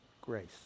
grace